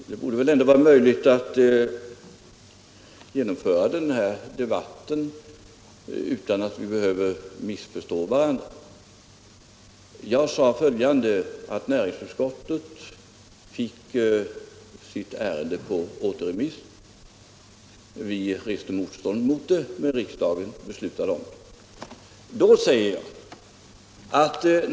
Herr talman! Det borde väl ändå vara möjligt att genomföra denna debatt utan att missförstå varandra. Jag sade att näringsutskottet fick ärendet återremitterat. Vi reste motstånd mot det, men riksdagen biföll återremissyrkandet.